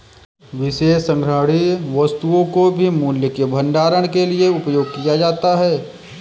विशेष संग्रहणीय वस्तुओं को भी मूल्य के भंडारण के लिए उपयोग किया जाता है